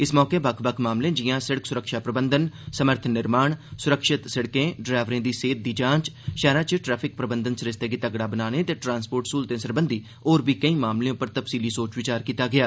इस मौके बक्ख बक्ख मामलें जिआं सिड़क सुरक्षा प्रबंधन समर्थ निर्माण सुरक्षित सिड़कें डरैक्टरें दी सेहत दी जांच षैह्रा च ट्रैफिक प्रबंधन सरिस्ते गी तगड़ा बनाने ते ट्रांसपोर्ट स्हूलत सरबंधी होरनें बी केई मामलें उप्पर तफ्सीली सोच विचार कीता गेआ